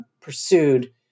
pursued